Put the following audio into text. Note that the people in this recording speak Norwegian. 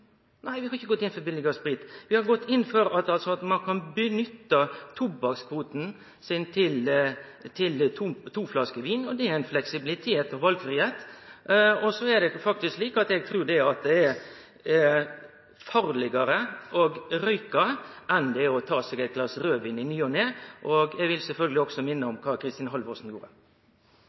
Vi har gått inn for at ein kan byte tobakkskvoten sin med to flasker vin – det gir fleksibilitet og valfridom. Og så er det slik at eg trur det er farlegare å røykje enn å ta seg eit glas raudvin i ny og ne. Eg vil sjølvsagt også minne om kva Kristin Halvorsen